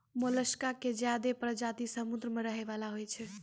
मोलसका के ज्यादे परजाती समुद्र में रहै वला होय छै